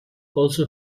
also